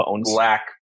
black